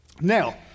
Now